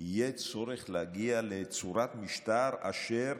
"יהיה צורך להגיע לצורת משטר אשר